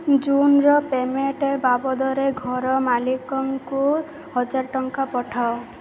ଜୁନ୍ର payment ବାବଦରେ ଘର ମାଲିକଙ୍କୁ ହଜାର ଟଙ୍କା ପଠାନ୍ତୁ